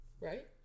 right